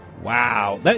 Wow